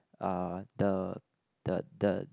uh the the the